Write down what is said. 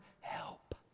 help